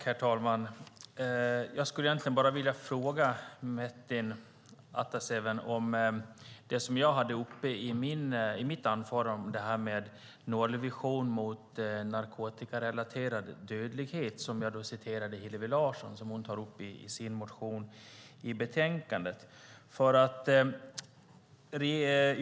Herr talman! Jag skulle vilja fråga Metin Ataseven om det som jag tog upp i mitt anförande, att ha en nollvision mot narkotikarelaterad dödlighet. Jag citerade det som Hillevi Larsson tar upp i sin motion.